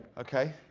ok.